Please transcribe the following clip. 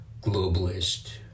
globalist